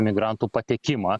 migrantų patekimą